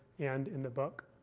and in the book.